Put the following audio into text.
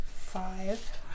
Five